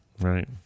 Right